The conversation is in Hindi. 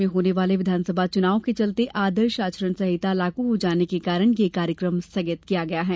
प्रदेश में होने वाले विधानसभा चुनाव के चलते आदर्श आचरण संहिता लागू हो जाने के कारण यह कार्यक्रम स्थगित किया गया है